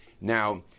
Now